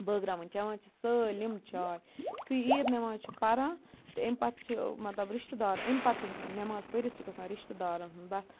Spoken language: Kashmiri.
بٲگراوٕنۍ چٮ۪وان چھِ سٲلِم چاے یُتھُے عیٖد نٮ۪ماز چھِ پَران تہٕ اَمہِ پَتہٕ چھِ مطلَب رِشتہٕ دار امہِ پَتہٕ چھِ گَژھان نٮ۪ماز پٔرِتھ چھِ گَژھان رِشتہٕ دارَن ہُنٛد بَس